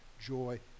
joy